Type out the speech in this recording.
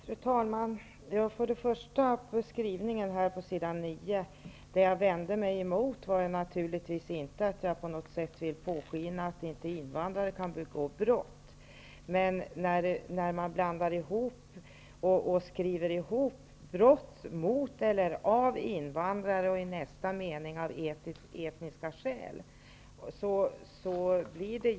Fru talman! Först och främst gäller det skrivningen i betänkandet på s. 9. Vad jag vände mig emot var naturligtvis inte -- det ville jag absolut inte påskina -- att invandrare inte kan begå brott. Men jag reagerar på att man säger ''brott mot eller av bl.a. invandrare'' i en mening och ''på grund av etniska omständigheter'' i nästa mening.